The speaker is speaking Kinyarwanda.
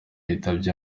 yitabye